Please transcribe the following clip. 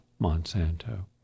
Monsanto